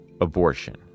abortion